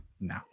no